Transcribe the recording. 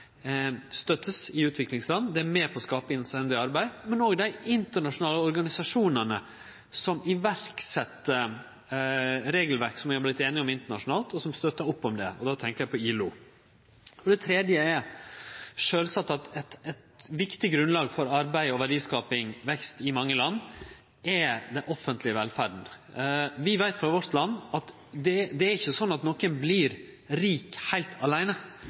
i utviklingsland. Det er med på å skape anstendig arbeid, men det gjeld òg dei internasjonale organisasjonane som set i verk regelverk som vi har vorte einige om internasjonalt, og som støttar opp om det, og då tenkjer eg på ILO. Det tredje er sjølvsagt at eit viktig grunnlag for arbeid og verdiskaping, for vekst i mange land, er den offentlege velferda. Frå vårt land veit vi at det ikkje er sånn at nokon vert rik heilt aleine.